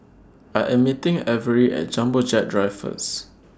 I Am meeting Avery At Jumbo Jet Drive First